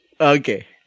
Okay